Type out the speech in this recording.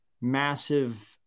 massive